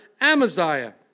Amaziah